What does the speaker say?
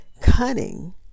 cunning